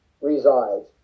resides